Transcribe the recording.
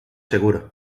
seguros